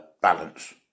balance